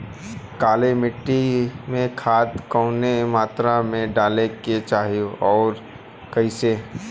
काली मिट्टी में खाद कवने मात्रा में डाले के चाही अउर कइसे?